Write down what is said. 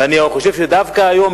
ואני חושב שדווקא היום,